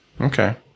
okay